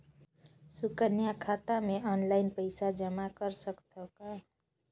सुकन्या खाता मे ऑनलाइन पईसा जमा कर सकथव का?